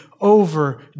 over